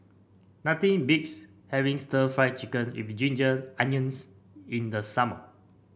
nothing beats having stir Fry Chicken with Ginger Onions in the summer